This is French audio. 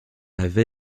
havet